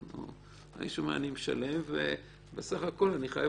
האיש אומר: אני משלם ובסך הכול חייב